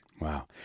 Wow